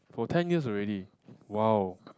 for ten years already wow